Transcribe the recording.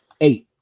Eight